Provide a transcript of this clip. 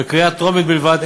בקריאה טרומית בלבד.